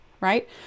right